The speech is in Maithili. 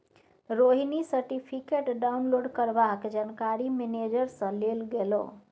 रोहिणी सर्टिफिकेट डाउनलोड करबाक जानकारी मेनेजर सँ लेल गेलै